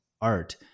art